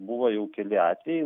buvo jau keli atvejai